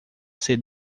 ser